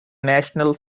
national